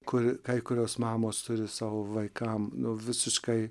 kur kai kurios mamos turi savo vaikam nu visiškai